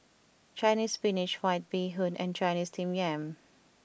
Chinese Spinach White Bee Hoon and Chinese Steamed Yam